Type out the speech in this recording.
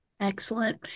Excellent